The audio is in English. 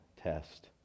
test